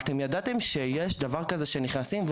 אתם ידעתם שלקראת בגרויות,